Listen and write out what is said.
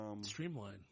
Streamline